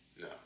No